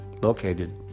located